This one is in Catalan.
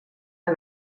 que